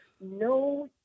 no